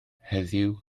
heddiw